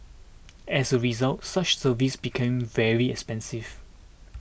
as a result such services become very expensive